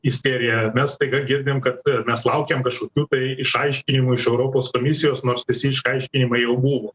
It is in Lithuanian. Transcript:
isterija mes staiga girdim kad mes laukiam kažkokių tai išaiškinimų iš europos komisijos nors visi išaiškinimai jau buvo